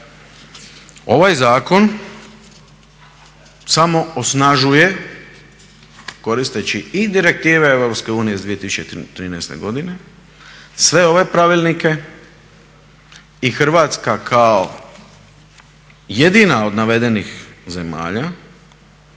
Ovaj zakon samo osnažuje koristeći i direktive EU iz 2013. godine sve ove pravilnike i Hrvatska kao jedina od navedenih zemalja